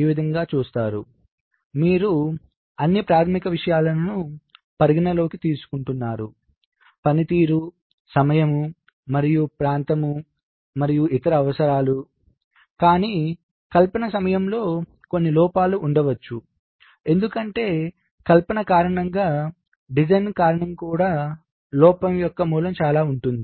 మీరు చూస్తారు మీరు అన్ని ప్రాథమిక విషయాలను పరిగణనలోకి తీసుకుంటున్నారు పనితీరు సమయం మరియు ప్రాంతం మరియు ఇతర అవసరాలు కానీ కల్పన సమయంలో కొన్ని లోపాలు ఉండవచ్చు ఎందుకంటే కల్పన కారణంగా డిజైన్ కారణంగా కూడా లోపం యొక్క మూలం చాలా ఉంటుంది